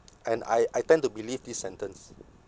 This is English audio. and I I tend to believe this sentence